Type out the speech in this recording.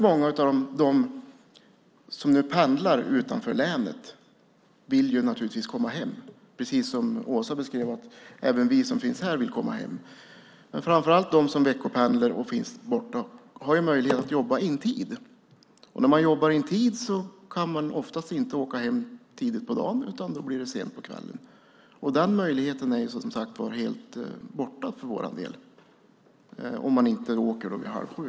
Många av dem som pendlar utanför länet vill naturligtvis komma hem. Som Åsa Lindestam sade vill även vi komma hem. De som veckopendlar och jobbar borta har möjlighet att jobba in tid. När man jobbar in tid kan man oftast inte åka hem tidigt på dagen, utan det blir sent på kvällen. Den möjligheten är helt borta för vår del, om man inte kan åka halv sju.